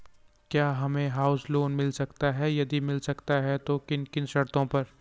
क्या हमें house loan मिल सकता है यदि मिल सकता है तो किन किन शर्तों पर?